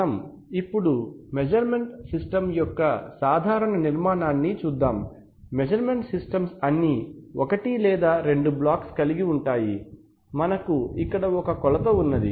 మనం ఇప్పుడు measurement system యొక్క సాధారణ నిర్మాణాన్ని చూద్దాం మెజర్మెంట్ సిస్టమ్స్ అన్ని ఒకటి లేదా రెండు బ్లాక్స్ కలిగి ఉంటాయి మనకు ఇక్కడ ఒక కొలత ఉన్నది